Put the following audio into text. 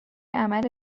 عمل